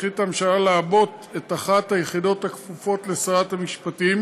החליטה הממשלה לעבות את אחת היחידות הכפופות לשרת המשפטים,